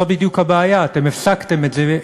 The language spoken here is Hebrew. זו בדיוק הבעיה: אתם הפסקתם את זה,